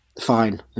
fine